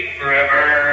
forever